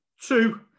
Two